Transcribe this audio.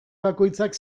bakoitzak